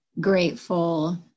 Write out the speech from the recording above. grateful